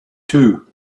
too